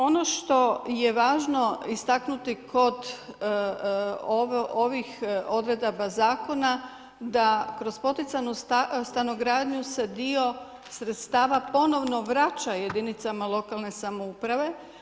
Ono što je važno istaknuti kod ovih odredaba zakona da kroz poticanu stanogradnju se dio sredstava ponovno vraća jedinicama lokalne samouprave.